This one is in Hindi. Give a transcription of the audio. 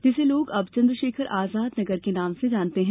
जिसे लोग अब चंद्रशेखर आजाद नगर के नाम से जानते हैं